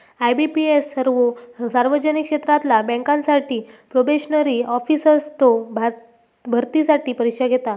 IBPS सर्वो सार्वजनिक क्षेत्रातला बँकांसाठी प्रोबेशनरी ऑफिसर्सचो भरतीसाठी परीक्षा घेता